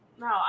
No